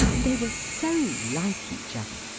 they were so like each other.